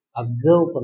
observe